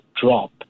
drop